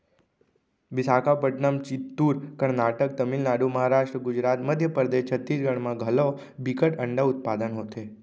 बिसाखापटनम, चित्तूर, करनाटक, तमिलनाडु, महारास्ट, गुजरात, मध्य परदेस, छत्तीसगढ़ म घलौ बिकट अंडा उत्पादन होथे